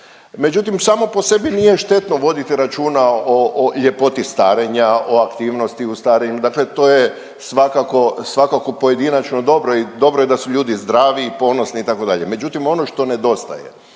međutim samo po sebi nije štetno voditi računa o ljepoti starenja, o aktivnosti u starenju, dakle to je svakako pojedinačno dobro i dobro je da su ljudi zdravi i ponosni itd., međutim ono što nedostaje